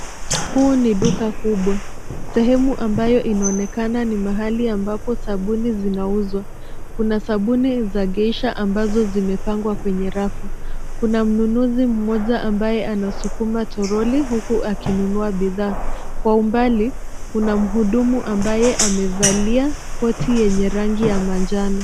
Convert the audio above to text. Huu ni duka kubwa. Sehemu ambayo inaonekana ni mahali ambapo sabuni zinauzwa. Kuna sabuni za geisha ambazo zimepangwa kwenye rafu. Kuna mnunuzi mmoja ambaye anasukuma troli huku akinunua bidhaa. Kwa umbali kuna mhudumu ambaye amevalia koti yenye rangi ya manjano.